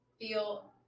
feel